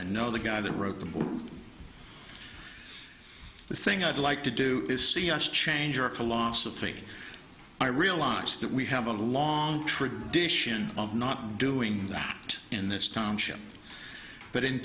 know the guy that wrote the book the thing i'd like to do is see us change our philosophy i realize that we have a long tradition of not doing that in this township but in